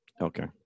okay